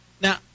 Now